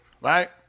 right